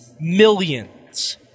millions